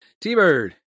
T-Bird